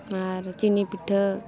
ᱟᱨ ᱪᱤᱱᱤ ᱯᱤᱴᱷᱟᱹ